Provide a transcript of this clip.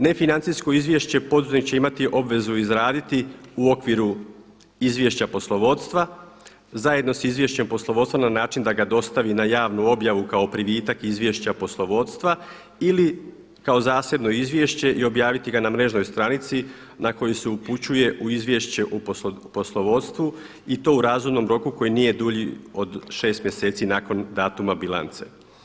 Nefinancijsko izvješće poduzetnik će imati obvezu izraditi u okviru izvješća poslovodstva, zajedno sa izvješćem poslovodstva na način da ga dostati na javnu objavu kao privitak izvješća poslovodstva ili kao zasebno izvješće i objaviti ga na mrežnoj stranici na koju se upućuje u izvješće o poslovodstvu i to u razumnom roku koji nije dulji od 6 mjeseci nakon datuma bilance.